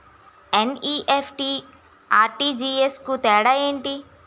NEFT, RTGS కు తేడా ఏంటి?